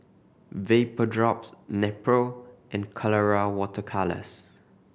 Vapodrops Nepro and Colora Water Colours